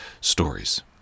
stories